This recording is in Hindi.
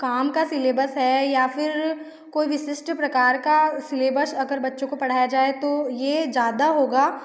काम का सिलेबस है या फिर कोई भी विशिष्ट प्रकार का सिलेबस अगर बच्चों को पढ़ाया जाए तो ये ज़्यादा होगा